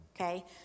Okay